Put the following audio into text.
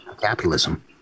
Capitalism